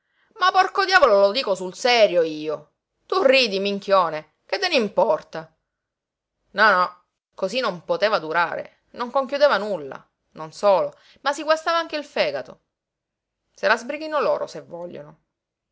ma porco diavolo lo dico sul serio io tu ridi minchione che te n'importa no no cosí non poteva durare non conchiudeva nulla non solo ma si guastava anche il fegato se la sbrighino loro se vogliono